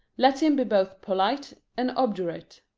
let him be both polite and obdurate.